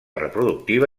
reproductiva